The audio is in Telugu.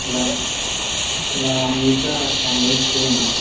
ఇలా వన్ వీక్ టెన్ డేస్ చేయండి